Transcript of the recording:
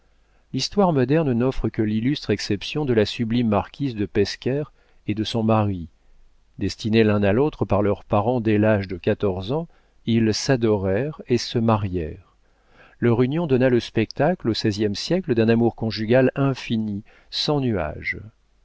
l'histoire moderne n'offre que l'illustre exception de la sublime marquise de pescaire et de son mari destinés l'un à l'autre par leurs parents dès l'âge de quatorze ans ils s'adorèrent et se marièrent leur union donna le spectacle au seizième siècle d'un amour conjugal infini sans nuages